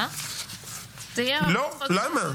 מודאגים,